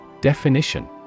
Definition